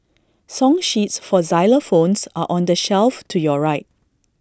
song sheets for xylophones are on the shelf to your right